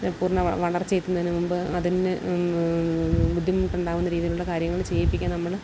പൂർണ്ണ വളർച്ചയെത്തുന്നതിന് മുൻപ് അതിന് ബുദ്ധിമുട്ടുണ്ടാകുന്ന രീതിയിലുള്ള കാര്യങ്ങൾ ചെയ്യിപ്പിക്കാൻ നമ്മൾ